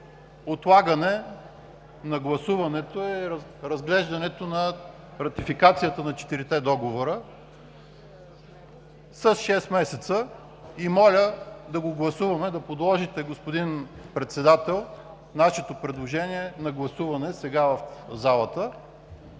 отлагане на гласуването и разглеждането на ратификацията на четирите договора с шест месеца и моля да подложите, господин Председател, нашето предложение на гласуване сега в залата.